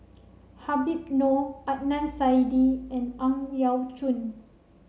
Habib Noh Adnan Saidi and Ang Yau Choon